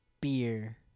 beer